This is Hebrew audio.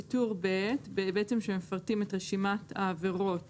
בטור ב', כשמפרטים רשימת עבירות